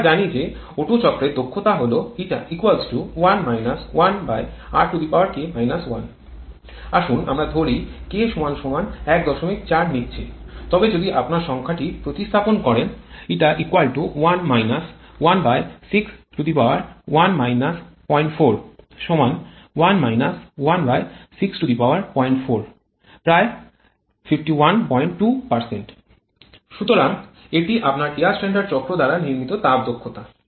আমরা জানি যে ওটো চক্রের দক্ষতা হল 𝜂 1 − 1rk 1 আসুন আমরা ধরি k ১৪ নিচ্ছি তবে যদি আপনি সংখ্যাটি প্রতিস্থাপন করেন 𝜂 1 −161 041 −1604≈ 512 সুতরাং এটি আপনার এয়ার স্ট্যান্ডার্ড চক্র দ্বারা নির্মিত তাপ দক্ষতা